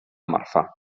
marfà